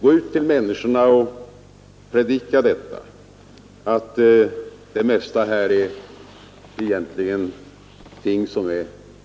Gå ut till människorna och predika detta. Säg till dem att det mesta i socialbudgeten egentligen är felaktigt.